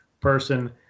person